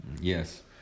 Yes